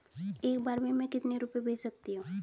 एक बार में मैं कितने रुपये भेज सकती हूँ?